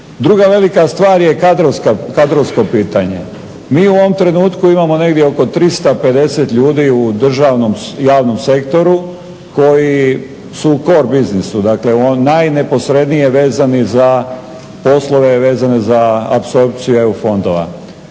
Druga velika stvar je kadrovsko pitanje. Mi u ovom trenutku imamo negdje oko 350 ljudi u javnom sektoru koji su u kor biznisu, dakle najneposrednije vezani za poslove vezane za apsorpciju EU fondova.